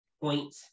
point